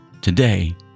today